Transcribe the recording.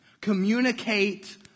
Communicate